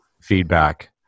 feedback